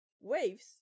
waves